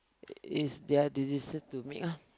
it's their decision to make ah